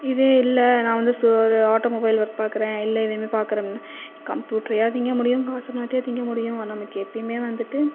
இதே இல்லை நான் வந்து ஸோ ஒரு ஆட்டோமொபைல் ஒர்க் பாக்கிறேன் இல்ல இதேமாரி பாக்கிறேன் அப்படின்னா கம்ப்யூட்டரையா திங்க முடியும் காசு பணத்தையா திங்க முடியும் நமக்கு எப்பயுமே வந்துட்டு